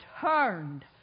turned